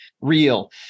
real